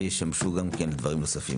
וישמשו גם לדברים נוספים.